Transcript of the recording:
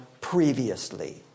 previously